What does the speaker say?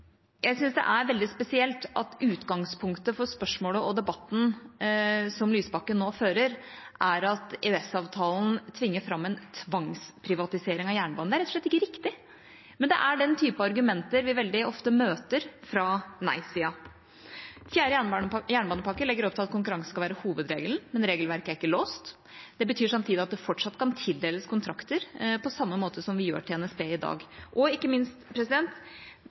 Jeg syns det er veldig spesielt at utgangspunktet for spørsmålet og debatten som Lysbakken nå fører, er at EØS-avtalen tvinger fram en tvangsprivatisering av jernbanen. Det er rett og slett ikke riktig. Men det er den type argumenter vi veldig ofte møter fra nei-siden. Fjerde jernbanepakke legger opp til at konkurranse skal være hovedregelen, men regelverket er ikke låst. Det betyr samtidig at det fortsatt kan tildeles kontrakter på samme måte som vi gjør til NSB i dag, og ikke minst: